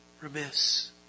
remiss